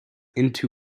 into